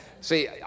See